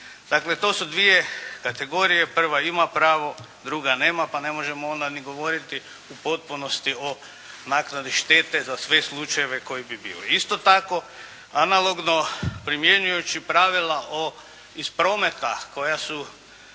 Dakle to su dvije kategorije, prva ima pravo, drugo nema pa ne možemo onda ni govoriti u potpunosti o naknadi štete za sve slučajeve koji bi bili. Isto tako analogno primjenjujući pravila iz prometa koja su